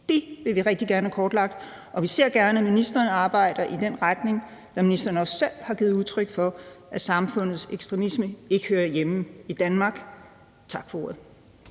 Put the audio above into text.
Det vil vi rigtig gerne have kortlagt, og vi ser gerne, at ministeren arbejder i den retning, når ministeren også selv har givet udtryk for, at samfundsekstremisme ikke hører hjemme i Danmark. Tak for ordet.